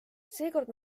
seekord